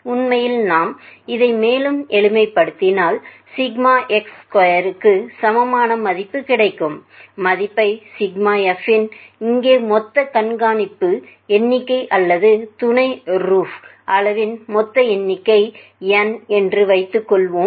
உண்மையில் நான் இதை மேலும் எளிமைப்படுத்தினால் σx2 க்கு சமமான மதிப்பு கிடைக்கும்மதிப்பை f இன் இங்கே மொத்த கண்காணிப்பு எண்ணிக்கை அல்லது துணை ருூஃப் அளவின் மொத்த எண்ணிக்கை n என்று வைத்துக் கொள்வோம்